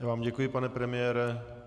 Já vám děkuji, pane premiére.